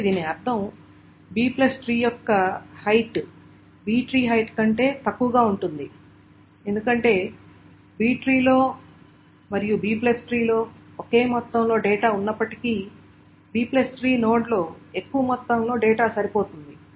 కాబట్టి దీని అర్థం Bట్రీ యొక్క హైట్ B ట్రీ హైట్ కంటే తక్కువగా ఉంటుంది ఎందుకంటే B ట్రీ లో మరియు Bట్రీ లో ఒకే మొత్తంలో డేటా ఉన్నప్పటికీ Bట్రీ నోడ్ లో ఎక్కువ మొత్తంలో డేటా సరిపోతుంది